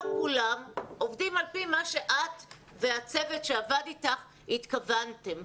כולם עובדים על פי מה שאת והצוות שעבד אתך התכוונתם אליו.